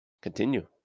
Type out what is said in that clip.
Continue